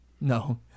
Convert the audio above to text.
No